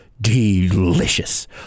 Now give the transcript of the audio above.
delicious